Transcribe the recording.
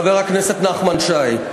חבר הכנסת נחמן שי,